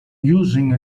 using